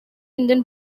indian